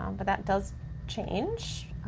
um but that does change,